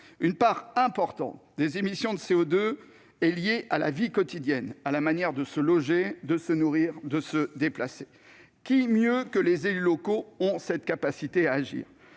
Une part importante des émissions de CO2 est liée à la vie quotidienne, à la manière de se loger, de se nourrir, de se déplacer. Qui mieux que les élus locaux dispose de cette capacité à agir ?